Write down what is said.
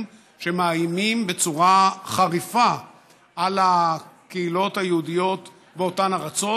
שמאיימים בצורה חריפה על הקהילות היהודיות באותן ארצות.